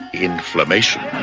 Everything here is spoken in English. inflammation